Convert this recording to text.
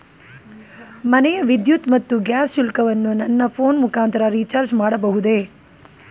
ಮನೆಯ ವಿದ್ಯುತ್ ಮತ್ತು ಗ್ಯಾಸ್ ಶುಲ್ಕವನ್ನು ನನ್ನ ಫೋನ್ ಮುಖಾಂತರ ರಿಚಾರ್ಜ್ ಮಾಡಬಹುದೇ?